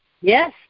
Yes